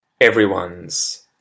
Everyone's